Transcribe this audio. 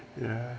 ya